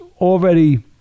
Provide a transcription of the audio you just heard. already